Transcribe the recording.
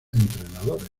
entrenadores